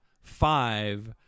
five